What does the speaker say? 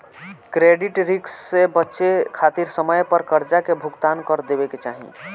credit risk से बचे खातिर समय पर करजा के भुगतान कर देवे के चाही